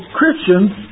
Christians